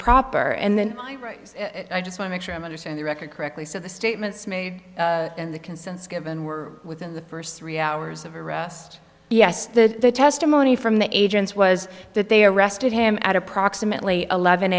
proper and i just want make sure i understand the record correctly so the statements made and the concerns given were within the first three hours of arrest yes the testimony from the agents was that they arrested him at approximately eleven